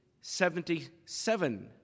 seventy-seven